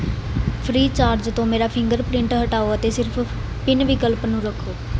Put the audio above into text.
Freecharge ਤੋਂ ਮੇਰਾ fingerprint ਹਟਾਓ ਅਤੇ ਸਿਰਫ਼ ਪਿੰਨ ਵਿਕਲਪ ਨੂੰ ਰੱਖੋ